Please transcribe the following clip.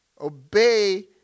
obey